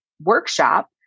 Workshop